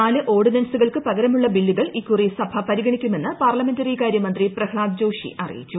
നാല് ഓർഡിനൻസുകൾക്ക് പകരമുള്ള ബില്ലുകൾ ഇക്കുറി സഭ പരിഗണിക്കുമെന്ന് പാർലമെന്ററികാര്യ മന്ത്രി പ്രഹ്ളാദ് ജോഷി അറിയിച്ചു